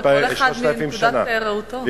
כל אחד מנקודת ראותו.